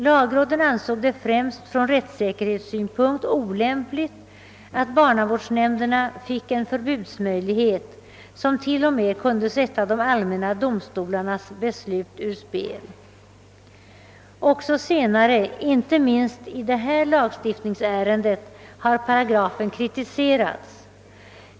Lagrådet ansåg det främst från rättsäkerhetssynpunkt olämpligt att barnavårdsnämnderna fick en förbudsmöjlighet som t.o.m. kunde sätta de allmänna domstolarnas beslut ur spel. Också senare, inte minst i det här lagstiftningsärendet, har paragrafen kritiserats.